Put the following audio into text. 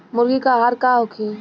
मुर्गी के आहार का होखे?